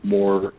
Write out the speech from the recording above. more